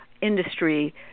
industry